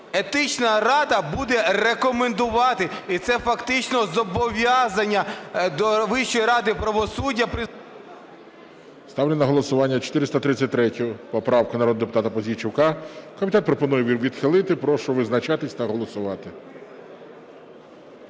етична рада буде рекомендувати і це фактично зобов'язання до Вищої ради правосуддя... ГОЛОВУЮЧИЙ. Ставлю на голосування 433 поправку народного депутата Пузійчука. Комітет пропонує відхилити. Прошу визначатися та голосувати.